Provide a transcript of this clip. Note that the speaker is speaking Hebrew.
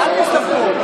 הרסתם את הכנסת.